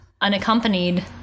unaccompanied